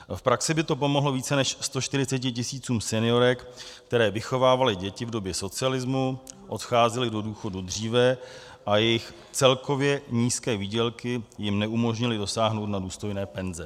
V praxi by to pomohlo více než 140 tisícům seniorek, které vychovávaly děti v době socialismu, odcházely do důchodu dříve a jejich celkově nízké výdělky jim neumožnily dosáhnout na důstojné penze.